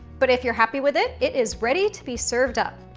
but if you're happy with it, it is ready to be served up.